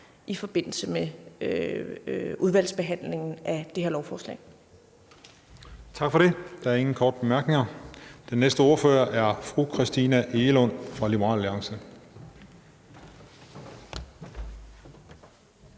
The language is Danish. i forbindelse med udvalgsbehandlingen af det her lovforslag.